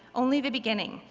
only the beginning.